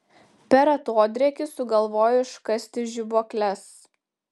per atodrėkį sugalvojo iškasti žibuokles